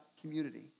community